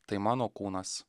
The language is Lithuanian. tai mano kūnas